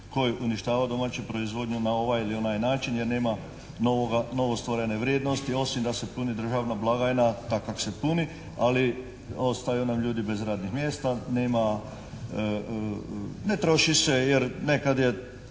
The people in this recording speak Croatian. koji uništava domaću proizvodnju na ovaj ili onaj način jer nema novostvorene vrijednosti osim da se puni državna blagajna tak kak' se puni, ali ostaju nam ljudi bez radnih mjesta, nema, ne troši jer nekad je